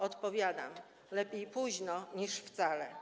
Odpowiadam: lepiej późno niż wcale.